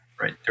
right